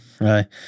Right